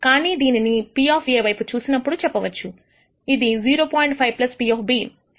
కానీ దీనిని Pవైపు చూసినప్పుడు చెప్పవచ్చు ఇది 0